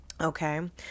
okay